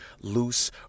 loose